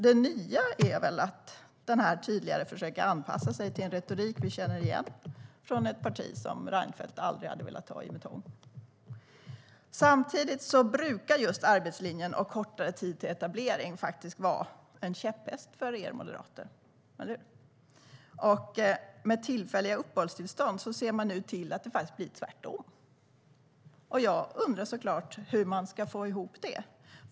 Det nya är nog att man med den här politiken tydligare försöker anpassa sig till en retorik som vi känner igen från ett parti som Reinfeldt aldrig hade velat ta i med tång. Samtidigt brukar just arbetslinjen och kortare tid till etablering faktiskt vara en käpphäst för er moderater - eller hur? Med tillfälliga uppehållstillstånd ser man nu till att det faktiskt blir tvärtom. Jag undrar såklart hur man ska få ihop det.